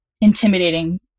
intimidating